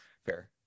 fair